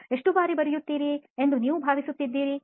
ನೀವು ಎಷ್ಟು ಬಾರಿ ಬರೆಯುತ್ತೀರಿ ಎಂದು ನೀವು ಭಾವಿಸುತ್ತೀರಿ